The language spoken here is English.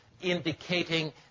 indicating